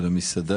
ולמסעדה?